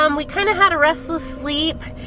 um we kinda had a restless sleep.